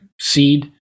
seed